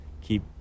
keep